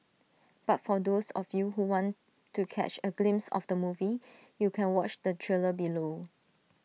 but for those of you who want to catch A glimpse of the movie you can watch the trailer below